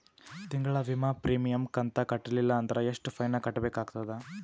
ತಿಂಗಳ ವಿಮಾ ಪ್ರೀಮಿಯಂ ಕಂತ ಕಟ್ಟಲಿಲ್ಲ ಅಂದ್ರ ಎಷ್ಟ ಫೈನ ಕಟ್ಟಬೇಕಾಗತದ?